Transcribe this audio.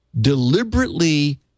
deliberately